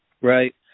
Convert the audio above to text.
Right